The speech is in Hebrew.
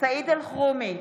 סעיד אלחרומי,